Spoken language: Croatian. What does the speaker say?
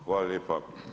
Hvala lijepa.